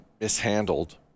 mishandled